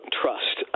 trust